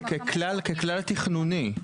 ככלל תכנוני.